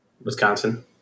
Wisconsin